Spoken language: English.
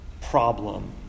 problem